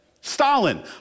Stalin